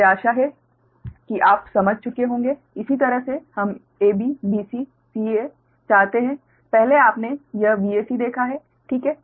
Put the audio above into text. मुझे आशा है कि आप समझ चुके होंगे इसी तरह से हम ab bc ca चाहते हैं पहले आपने यह Vac देखा है ठीक है